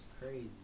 crazy